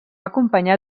acompanyar